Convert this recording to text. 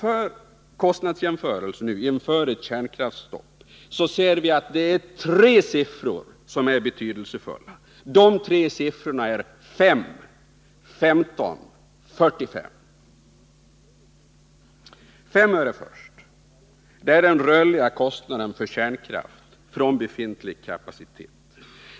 Vid kostnadsjämförelser inför ett kärnkraftsstopp ser vi att det är tre siffror som är betydelsefulla: 5, 15 och 45. Den första siffran, 5 öre, är den rörliga kostnaden för kärnkraft från befintlig kapacitet.